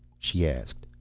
she asked.